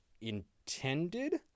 intended